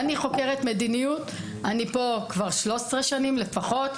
אני חוקרת מדיניות, אני פה כבר 13 שנים לפחות.